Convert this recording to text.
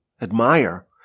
admire